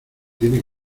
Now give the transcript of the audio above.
tiene